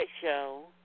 show